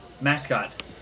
Mascot